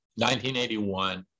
1981